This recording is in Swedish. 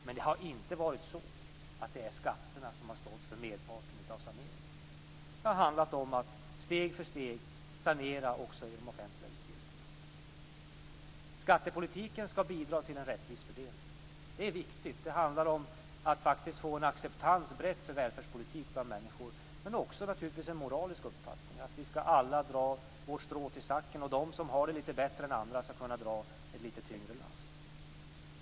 Men det är inte skatterna som har stått för merparten av saneringen. Det har handlat om att steg för steg sanera också de offentliga utgifterna. Skattepolitiken skall bidra till en rättvis fördelning. Det är viktigt. Det handlar om att få en bred acceptans för välfärdspolitik bland människor, men det handlar naturligtvis också om en moralisk uppfattning. Vi skall alla dra vårt strå till stacken, och de som har det litet bättre än andra skall kunna dra ett litet tyngre lass.